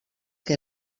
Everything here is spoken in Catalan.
que